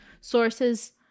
sources